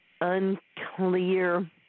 unclear